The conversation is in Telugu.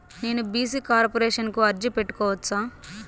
నేను బీ.సీ కార్పొరేషన్ కు అర్జీ పెట్టుకోవచ్చా?